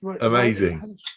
Amazing